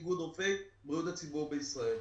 של איגוד רופאי בריאות הציבור בישראל.